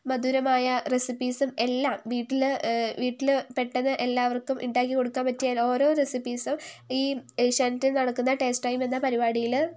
മധുരമായ റെസിപ്പീസും എല്ലാം വീട്ടിൽ വീട്ടിൽ പെട്ടെന്ന് എല്ലാവർക്കും ഉണ്ടാക്കിക്കൊടുക്കാൻ പറ്റിയാൽ ഓരോ റെസിപ്പീസും ഈ ഏഷ്യാനെറ്റിൽ നടക്കുന്ന ടേസ്റ്റ് ടൈം എന്ന പരിപാടിയിൽ